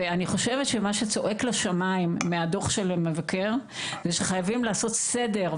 אני חושבת שמה שצועק לשמיים מהדוח של המבקר זה שחייבים לעשות סדר,